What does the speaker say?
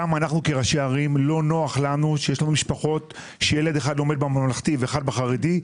לא נוח לנו כראשי ערים שיש משפחות בהן ילד אחד לומד בממלכתי ואחד בחרדי,